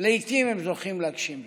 ולעיתים הם זוכים להגשים זאת.